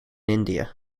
india